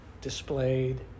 displayed